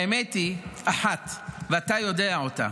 האמת היא אחת, ואתה יודע אותה.